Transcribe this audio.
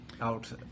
out